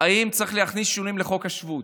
אם צריך להכניס שינויים לחוק השבות.